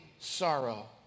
Sorrow